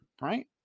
right